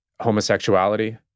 homosexuality